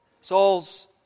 souls